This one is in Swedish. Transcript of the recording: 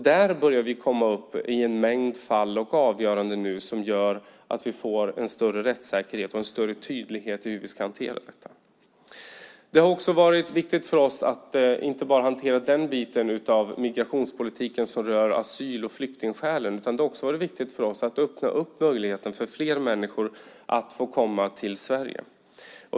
Där börjar vi få en mängd fall och avgöranden som gör att vi får en större rättssäkerhet och en större tydlighet i fråga om hur vi ska hantera detta. Det har varit viktigt för oss att inte bara hantera den del av migrationspolitiken som rör asyl och flyktingskälen utan att också öppna möjligheterna för fler människor att komma till Sverige.